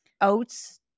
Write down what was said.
Oats